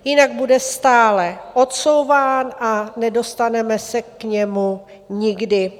Jinak bude stále odsouván a nedostaneme se k němu nikdy.